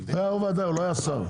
הוא לא היה שר.